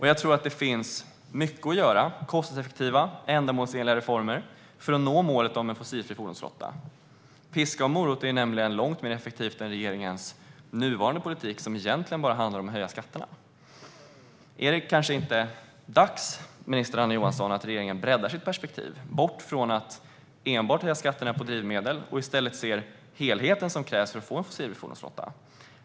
Jag tror att det finns mycket att göra vad gäller kostnadseffektiva och ändamålsenliga reformer för att nå målet om en fossilfri fordonsflotta. Piska och morot är långt mer effektiva än regeringens nuvarande politik som egentligen bara handlar om att höja skatterna. Är det kanske inte dags, Anna Johansson, att regeringen breddar sitt perspektiv bort från att enbart höja skatterna på drivmedel och i stället ser den helhet som krävs för att få en fossilfri fordonsflotta?